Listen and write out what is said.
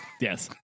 Yes